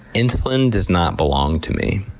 insulin does not belong to me,